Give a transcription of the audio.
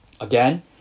Again